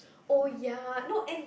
oh ya not any